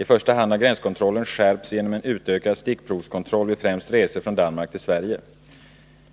I första hand har gränskontrollen skärpts genom en utökad stickprovskontroll vid främst resor från Danmark till Sverige.